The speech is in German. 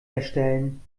erstellen